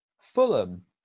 Fulham